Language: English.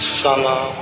summer